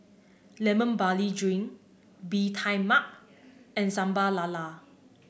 Lemon Barley Drink Bee Tai Mak and Sambal Lala